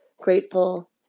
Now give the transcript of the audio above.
grateful